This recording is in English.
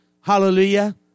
Hallelujah